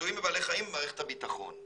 ניסויים בבעלי חיים במערכת הביטחון.